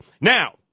Now